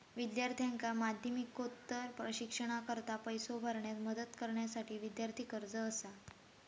विद्यार्थ्यांका माध्यमिकोत्तर शिक्षणाकरता पैसो भरण्यास मदत करण्यासाठी विद्यार्थी कर्जा असा